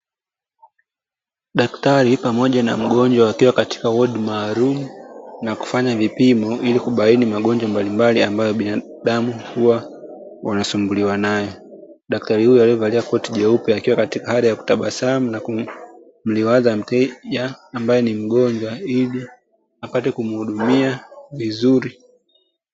Daktari pamoja na mgonjwa, wakiwa katika wodi maalumu na kufanya vipimo ilikubaini magonjwa mbalimbali ambayo binadamu hua wanasumbuliwa nayo, daktari huyo aliovalia koti jeupe akiwa katika hali ya kutabasamu nakumliwaza mteja ambae ni mgonjwa iliapate kumuhudumie vizuri.